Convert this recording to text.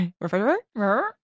Refrigerator